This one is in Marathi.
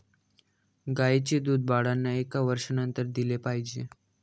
गाईचं दूध बाळांना एका वर्षानंतर दिले पाहिजे